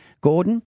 Gordon